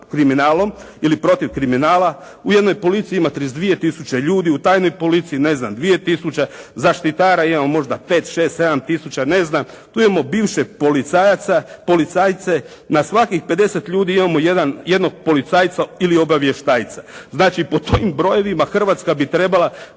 kriminalom ili protiv kriminala. U jednoj policiji ima 32 tisuće ljudi. U tajnoj policiji, ne znam, dvije tisuće. Zaštitara imamo možda 5, 6, 7 tisuća, ne znam. Tu imamo bivše policajaca, policajce. Na svakih 50 ljudi imamo jedan, jednog policajca ili obavještajca. Znači po tim brojevima Hrvatska bi trebala